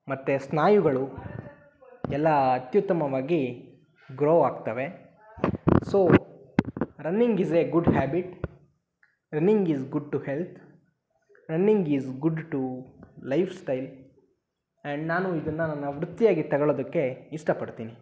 ಮತ್ತು ಸ್ನಾಯುಗಳು ಎಲ್ಲ ಅತ್ಯುತ್ತಮವಾಗಿ ಗ್ರೋ ಆಗ್ತವೆ so running is a good habit running is good to health running is good to lifestyle and ನಾನು ಇದನ್ನು ನನ್ನ ವೃತ್ತಿಯಾಗಿ ತಗೊಳ್ಳೋದಕ್ಕೆ ಇಷ್ಟ ಪಡ್ತೀನಿ